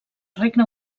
regne